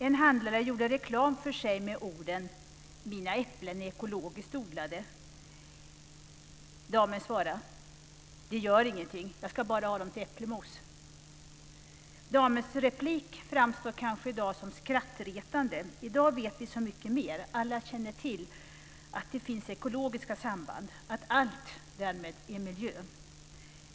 En handlare gjorde reklam för sig med orden: Mina äpplen är ekologiskt odlade. Damen svarade: Det gör ingenting. Jag ska bara ha dem till äpplemos. Damens replik framstår kanske i dag som skrattretande. I dag vet vi så mycket mer. Alla känner till att det finns ekologiska samband och att allt därmed är miljö.